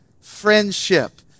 friendship